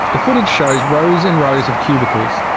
the footage shows rows and rows of cubicles.